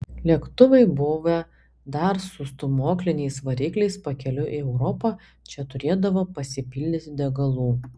lėktuvai buvę dar su stūmokliniais varikliais pakeliui į europą čia turėdavo pasipildyti degalų